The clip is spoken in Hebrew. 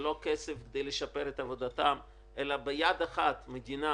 זה לא כסף כדי לשפר את עובדתן, אלא ביד אחת המדינה